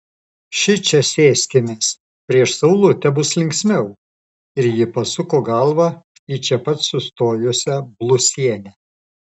šičia sėskimės prieš saulutę bus linksmiau ir ji pasuko galvą į čia pat sustojusią blusienę